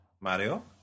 Mario